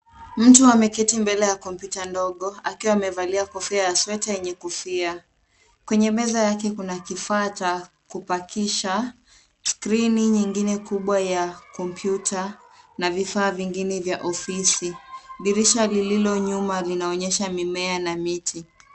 Mtu ameketi mbele ya kompyuta ndogo, akiwa amevalia kofia ya sweta yenye kofia. Kwenye meza yake kuna kifaa cha kupakisha, skrini nyingine kubwa ya kompyuta na vifaa vingine vya ofisi. Dirisha lililonyuma linaonyesha mimea na miti.